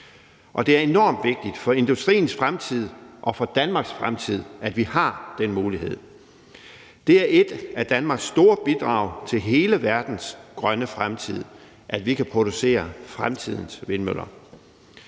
og det er enormt vigtigt for industriens fremtid og for Danmarks fremtid, at vi har den mulighed. Det er et af Danmarks store bidrag til hele verdens grønne fremtid, at vi kan producere fremtidens vindmøller.